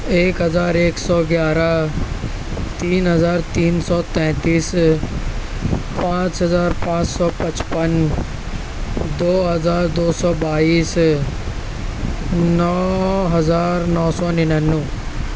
ایک ہزار ایک سو گیارہ تین ہزار تین سو تینتیس پانچ ہزار پانچ سو پچپن دو ہزار دو سو بائیس نو ہزار نو سو ننانوے